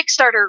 Kickstarter